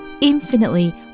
infinitely